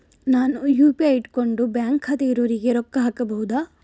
ನಾನು ಯು.ಪಿ.ಐ ಇಟ್ಕೊಂಡು ಬ್ಯಾಂಕ್ ಖಾತೆ ಇರೊರಿಗೆ ರೊಕ್ಕ ಹಾಕಬಹುದಾ?